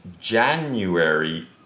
January